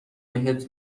بهت